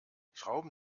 schrauben